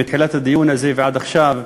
מתחילת הדיון הזה ועד עכשיו,